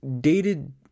dated